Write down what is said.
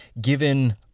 given